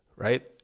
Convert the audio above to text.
Right